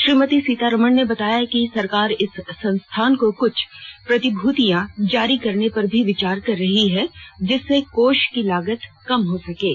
श्रीमती सीतारामन ने बताया कि सरकार इस संस्थान को कुछ प्रतिभूतियां जारी करने पर भी विचार कर रही है जिससे कोष की लागत कम हो सकेगी